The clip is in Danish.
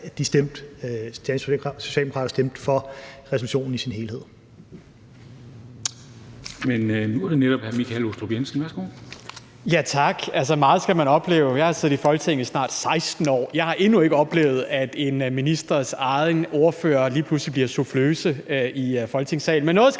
socialdemokrater stemte for resolutionen i sin helhed.